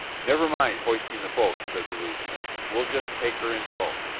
never mind hoisting the boat, said the lieutenant we'll just take her in tow.